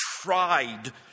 tried